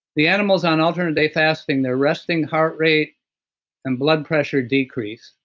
the animals on alternate day fasting, they're resting heart rate and blood pressure decrease.